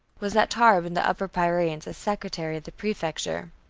was at tarbes in the upper pyrenees, as secretary of the prefecture.